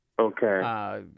Okay